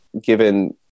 given